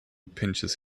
pinches